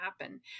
happen